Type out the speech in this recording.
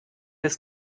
des